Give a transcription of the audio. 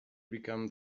become